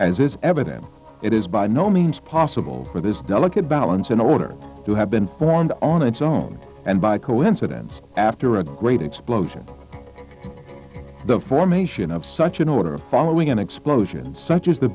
as is evident it is by no means possible for this delicate balance in order to have been formed on its own and by coincidence after a great explosion the formation of such an order of following an explosion such as the